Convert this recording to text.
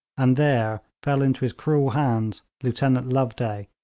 and there fell into his cruel hands lieutenant loveday,